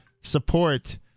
support